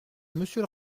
monsieur